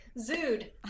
Zood